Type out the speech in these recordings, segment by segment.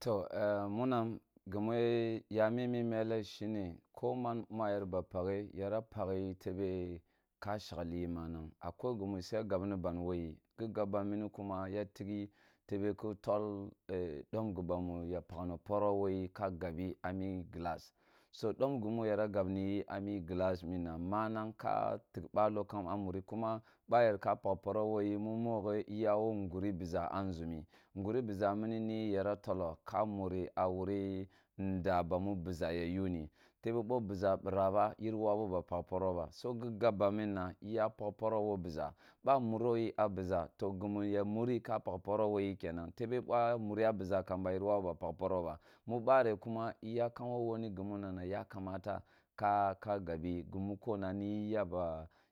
To ee mumam geme ta mimi mele shene ko man mu a yer ba pakh yana pakhi tebe ka shagli ya manang akwoi gimu siya gabi ban wo yi gi gab ban muni kuma ya togho tebe ki tol e dom yibamu ya pakh ni poro woye ka gabi a mi glass so dom gimu yada ga boi ayi a glass munna manang ke tig balo kam a muri kuma ba yer pakh poro wo yi mu moghe iya wo nguri biʒa a nʒumi nguri biʒa muni yi yara tolo ka muri a wuri nda ba mu biʒa ya yuri tebe vo biza bira ba yere wabu ba pakh poro ba, so gi gab bam minna iya pakh poro wo binʒa ba muro yi a biʒa ti gunu ya muri ka pakh poro wo yi kenan tive boa muri a biʒa kamba yiri wahu ba pakha poro ba mu bare kkuma iyakam wo wani gimuna na yakamata ka ka gabi gemukona niyi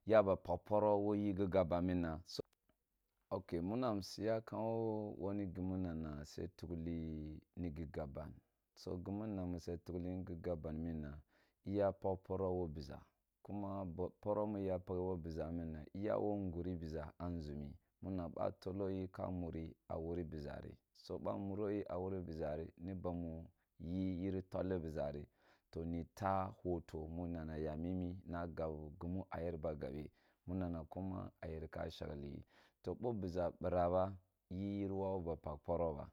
yaba pakh poro wo yi gab ban minma si ok munam siya kam wo wani gimu nana siya yakhli nigil gab ban si gimi nna muwa takhli nigi gabban minna iya pakh poro wo biʒa mmm iya wo nguri biʒa a nʒumi muna bo a tolo yi ka muri a wuri biʒari, bizari so bao amuro yi a wuri baizari ni bamu yi yiri a wuri biʒari ni bamu yi yiri tol biʒa ri, to na tah hoto minana ya mine na gab gimu a yer ba gabe muna na kuma a yer ka shagla to bo biʒa bira ba ye yiri wabu ba pakh poro ba